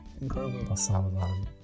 Incredible